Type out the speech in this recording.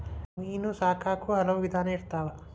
ಮೇನಾ ಸಾಕಾಕು ಹಲವು ವಿಧಾನಾ ಇರ್ತಾವ